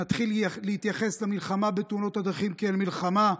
ונתחיל להתייחס למלחמה בתאונות הדרכים כאל מלחמה,